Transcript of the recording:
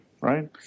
right